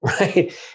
right